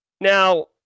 now